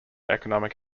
economic